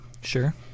Sure